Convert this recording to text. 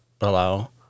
allow